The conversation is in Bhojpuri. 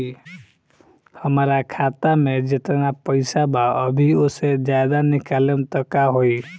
हमरा खाता मे जेतना पईसा बा अभीओसे ज्यादा निकालेम त का होई?